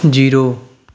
zero